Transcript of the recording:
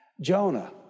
Jonah